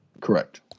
Correct